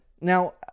Now